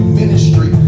ministry